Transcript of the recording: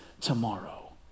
tomorrow